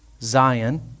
Zion